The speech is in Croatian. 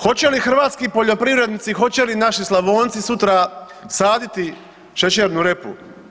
Hoće li hrvatski poljoprivrednici, hoće li naši Slavonci sutra saditi šećernu repu?